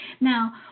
Now